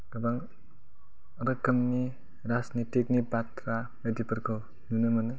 गोबां रोखोमनि राजनितिकनि बाथ्रा बायदिफोरखौ नुनो मोनो